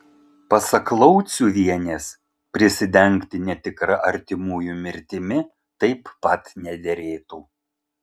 pasak lauciuvienės prisidengti netikra artimųjų mirtimi taip pat nederėtų